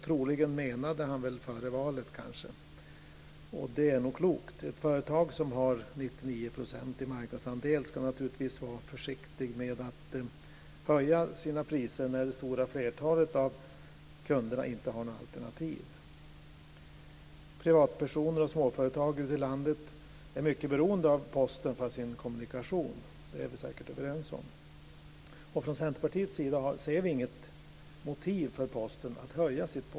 Troligen menade han väl kanske före valet. Det är nog klokt. Ett företag som har 99 % i marknadsandel ska naturligtvis vara försiktigt med att höja sina priser när det stora flertalet av kunderna inte har något alternativ. Privatpersoner och småföretag ute i landet är mycket beroende av Posten för sin kommunikation. Det är vi säkert överens om. Från Centerpartiets sida ser vi inget motiv för Posten att höja sitt porto.